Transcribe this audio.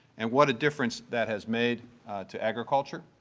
and what a difference that has made to agriculture,